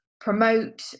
promote